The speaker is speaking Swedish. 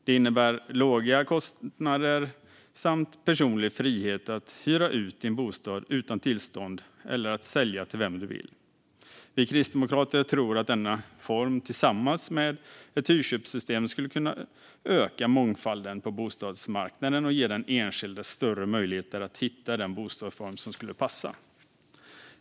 Det innebär låga kostnader samt personlig frihet att hyra ut din bostad utan tillstånd eller att sälja till vem du vill. Vi kristdemokrater tror att denna form, tillsammans med ett hyrköpsystem, skulle kunna öka mångfalden på bostadsmarknaden och ge den enskilde större möjligheter att hitta den bostadsform som skulle passa.